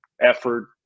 effort